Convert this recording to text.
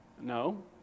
No